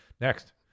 Next